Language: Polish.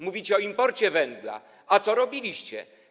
Mówicie o imporcie węgla, a co robiliście?